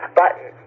button